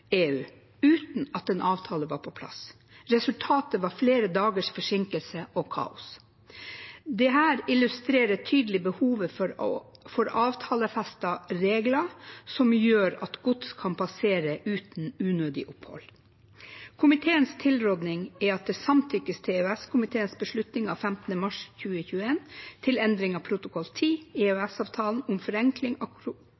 uten at en avtale var på plass. Resultatet var flere dagers forsinkelser og kaos. Dette illustrerer tydelig behovet for avtalefestede regler som gjør at gods kan passere uten unødig opphold. Komiteens tilrådning er at det samtykkes til EØS-komiteens beslutning av 15. mars 2021 om endring av protokoll